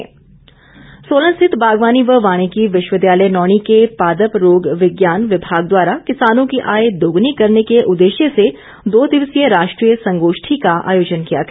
संगोष्ठी सोलन रिथत बागवानी व वानिकी विश्वविद्यालय नौणी के पादप रोग विज्ञान विभाग द्वारा किसानों की आय दोगुनी करने के उद्देश्य से दो दिवसीय राष्ट्रीय संगोष्ठी का आयोजन किया गया